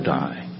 die